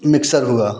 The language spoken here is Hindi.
मिक्सर हुआ